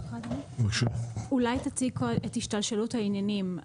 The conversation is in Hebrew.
אולי תציג את השתלשלות העניינים?